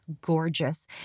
gorgeous